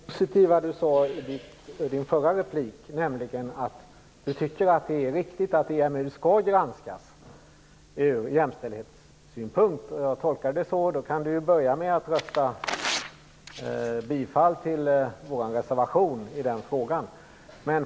Herr talman! Jag vill ta fasta på det positiva som Martin Nilsson sade i sin förra replik, nämligen att han tycker att det är riktigt att EMU skall granskas ur jämställdhetssynpunkt. Jag tolkade det så. Då kan Martin Nilsson börja med att rösta för bifall till vår reservation.